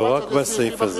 לא רק בסעיף הזה.